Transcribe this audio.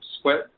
sweat